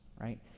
right